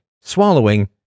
swallowing